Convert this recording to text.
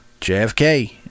JFK